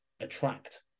attract